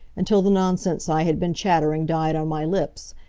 until the nonsense i had been chattering died on my lips,